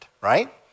right